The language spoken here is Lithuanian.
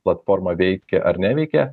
platforma veikia ar neveikia